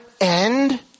end